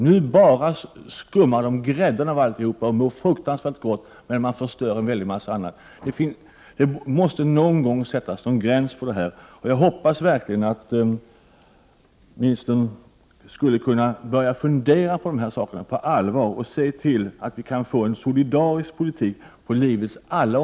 Nu skummar de grädden av existerande ordning och mår fruktansvärt gott, men förstör mycket. Det måste någon gång sättas en gräns för detta. Jag hoppas verkligen att ministern skulle kunna börja fundera på dessa frågor på allvar och se till att vi får en solidarisk politik.